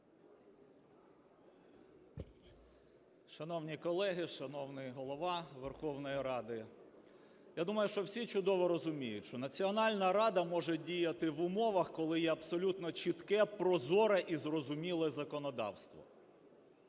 Шановні колеги, шановний Голова Верховної Ради, я думаю, що всі чудово розуміють, що Національна рада може діяти в умовах, коли є абсолютно чітке, прозоре і зрозуміле законодавство.